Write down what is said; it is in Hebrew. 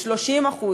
30%,